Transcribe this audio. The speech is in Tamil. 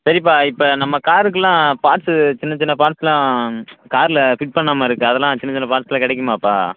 சரிப்பா இப்போ நம்ம காருக்கெலாம் பார்ட்ஸ் சின்ன சின்ன பார்ட்ஸ்லாம் கார்ல ஃபிட் பண்ணாமல் இருக்குது அதெல்லாம் சின்ன சின்ன பார்ட்ஸுலாம் கிடைக்குமாப்பா